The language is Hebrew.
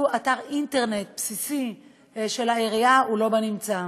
אתר אינטרנט בסיסי של העירייה הוא לא בנמצא.